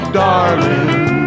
darling